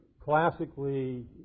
classically